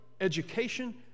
education